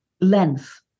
length